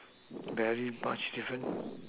very much difference